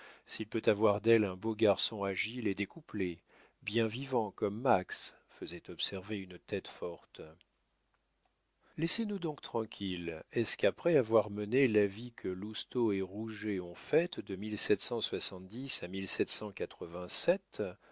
s'il peut avoir d'elle un beau garçon agile et découplé bien vivant comme max faisait observer une tête forte laissez-nous donc tranquilles est-ce qu'après avoir mené la vie que lousteau et rouget ont faite de à